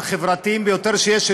החברתיים ביותר שיש,